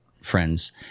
friends